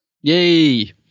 Yay